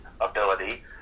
ability